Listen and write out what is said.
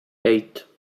eight